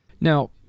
Now